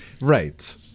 Right